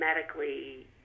medically